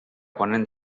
ponent